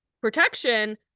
protection